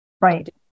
Right